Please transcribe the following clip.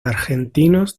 argentinos